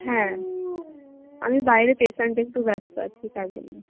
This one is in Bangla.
হ্যাঁ আমি বাইরের পেশেন্ট দেখতে একটু ব্যস্ত আছি তাই জন্যে